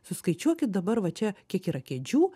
suskaičiuokit dabar va čia kiek yra kėdžių